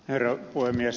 herra puhemies